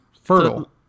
fertile